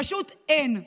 פשוט אין.